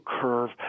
curve